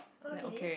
oh really